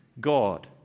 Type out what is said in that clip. God